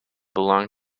belong